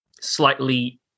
slightly